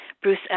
Bruce